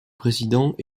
président